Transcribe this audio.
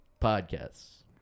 Podcasts